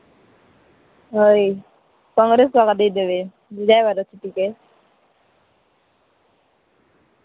ହଇ କଂଗ୍ରେସକେ ଏକା ଦେଇଦେବେ ବୁଝେଇବାର ଅଛି ଟିକେ